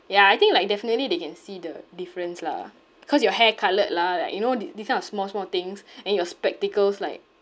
ya I think like definitely they can see the difference lah cause your hair coloured lah like you know thi~ this kind of small small things then your spectacles like